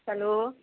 hello